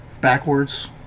backwards